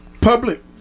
public